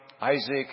Isaac